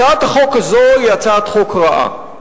הצעת החוק הזאת היא הצעת חוק רעה,